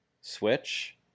switch